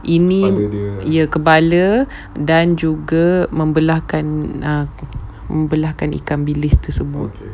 ini ya kepala dan juga membelahkan uh membelahkan ikan bilis tu semua